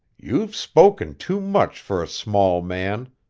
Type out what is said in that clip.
you've spoken too much for a small man.